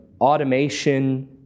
automation